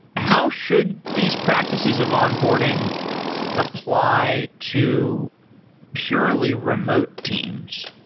how should these practices of onboarding apply to purely remote teams?